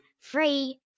Free